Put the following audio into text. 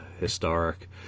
Historic